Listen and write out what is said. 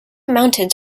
mountains